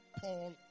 Paul